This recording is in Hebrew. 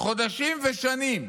חודשים ושנים.